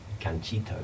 canchito